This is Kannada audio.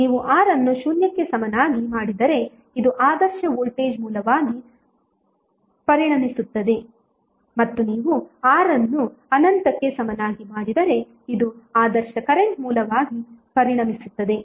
ನೀವು R ಅನ್ನು 0 ಕ್ಕೆ ಸಮನಾಗಿ ಮಾಡಿದರೆ ಇದು ಆದರ್ಶ ವೋಲ್ಟೇಜ್ ಮೂಲವಾಗಿ ಪರಿಣಮಿಸುತ್ತದೆ ಮತ್ತು ನೀವು R ಅನ್ನು ಅನಂತಕ್ಕೆ ಸಮನಾಗಿ ಮಾಡಿದರೆ ಇದು ಆದರ್ಶ ಕರೆಂಟ್ ಮೂಲವಾಗಿ ಪರಿಣಮಿಸುತ್ತದೆ